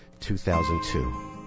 2002